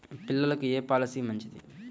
పిల్లలకు ఏ పొలసీ మంచిది?